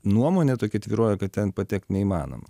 nuomonė tokia tvyrojo kad ten patekt neįmanoma